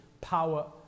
power